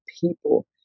people